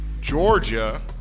georgia